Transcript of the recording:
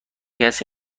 کسی